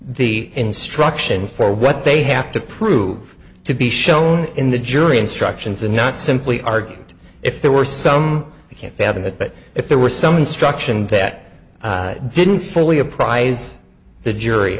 the instruction for what they have to prove to be shown in the jury instructions and not simply argument if there were some i can't fathom it but if there were some instruction that didn't fully apprise the jury